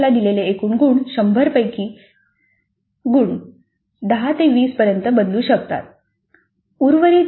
या भागाला दिलेले एकूण 100 पैकी गुण 10 ते 20 पर्यंत बदलू शकतात